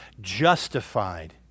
justified